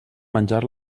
menjar